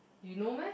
you know meh